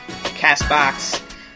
CastBox